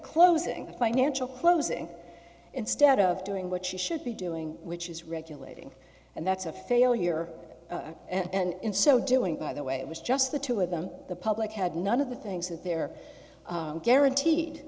closing financial closing instead of doing what she should be doing which is regulating and that's a failure and in so doing by the way it was just the two of them the public had none of the things that they're guaranteed